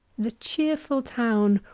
the cheerful town,